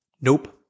Nope